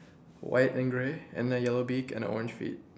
white and grey and then yellow beak and the orange feet